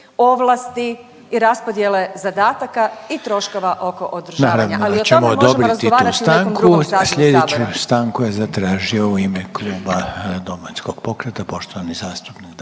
ovlasti i raspodjele zadataka i troškova oko održavanja,